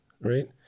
right